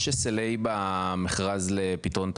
יש SLA במכרז לפתרון תקלות?